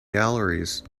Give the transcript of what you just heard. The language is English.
galleries